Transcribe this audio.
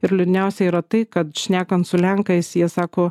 ir liūdniausia yra tai kad šnekant su lenkais jie sako